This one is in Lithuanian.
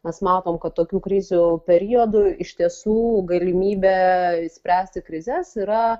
mes matom kad tokių krizių periodų iš tiesų galimybę išspręsti krizes yra